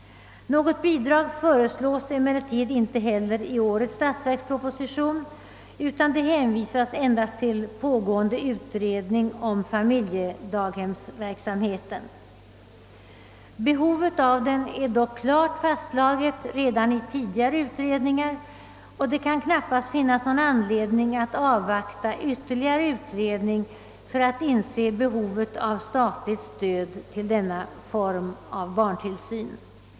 Något bidrag föreslås emellertid inte heller i årets statsverksproposition, utan det hänvisas endast till pågående utredning om familjedaghemsverksamheten. Behovet av dessa familjedaghem är dock klart fastslaget redan i tidigare utredningar, och det kan knappast finnas någon anledning att avvakta ytterligare utredningar för att inse att behovet av statligt stöd för denna form av barntillsyn.